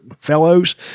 fellows